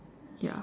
ya